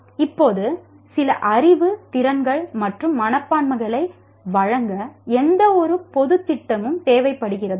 இப்போது சில அறிவு திறன்கள் மற்றும் மனப்பான்மைகளை வழங்க எந்தவொரு பொதுத் திட்டமும் தேவைப்படுகிறதா